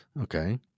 Okay